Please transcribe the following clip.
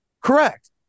Correct